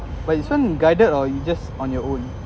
but this one you guided or you just on your own